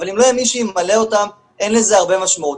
אבל אם לא יהיה מי שימלא אותם אין לזה הרבה משמעות.